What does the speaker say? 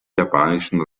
japanischen